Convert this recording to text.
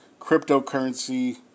cryptocurrency